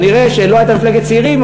כנראה לא הייתה מפלגת צעירים,